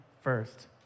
first